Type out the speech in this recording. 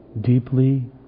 deeply